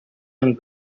and